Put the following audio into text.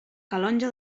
calonge